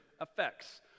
effects